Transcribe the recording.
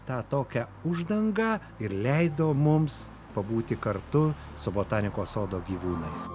tą tokią uždangą ir leido mums pabūti kartu su botanikos sodo gyvūnais